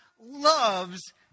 loves